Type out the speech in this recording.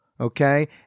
Okay